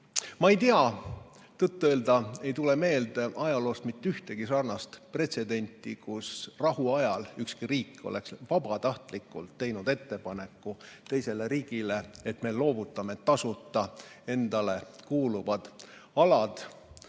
Ma ei tea, tõtt-öelda ei tule ajaloost meelde mitte ühtegi sarnast pretsedenti, kui rahuajal üks riik oleks vabatahtlikult teinud ettepaneku teisele riigile, et me loovutame tasuta endale kuuluvad alad.